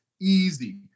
Easy